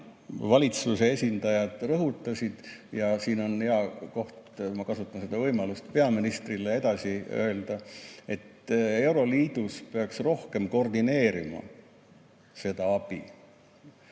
valitsuse esindajad rõhutasid – siin on hea koht, ma kasutan seda võimalust peaministrile edasi öelda –, et euroliit peaks seda abi rohkem koordineerima.